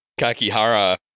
Kakihara